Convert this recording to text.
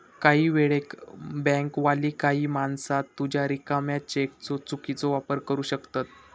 काही वेळेक बँकवाली काही माणसा तुझ्या रिकाम्या चेकचो चुकीचो वापर करू शकतत